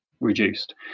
reduced